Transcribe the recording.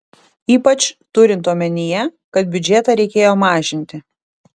ypač turint omenyje kad biudžetą reikėjo mažinti